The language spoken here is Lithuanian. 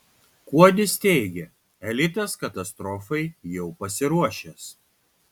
kuodis teigia elitas katastrofai jau pasiruošęs